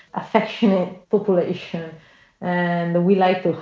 affectionate population and we like them.